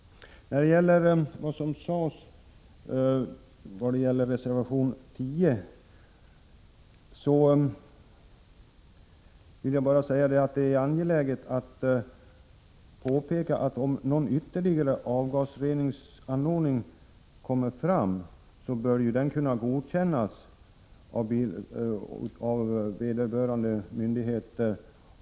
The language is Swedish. När det gäller vad som här har sagts beträffande reservation 10 anser jag att det är angeläget att påpeka att om någon ytterligare avgasreningsanordning presenteras, så bör den kunna godkännas av vederbörande myndigheter.